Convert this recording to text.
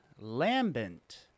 lambent